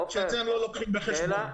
שאת זה הם לא לוקחים בחשבון.